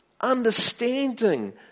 understanding